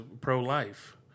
pro-life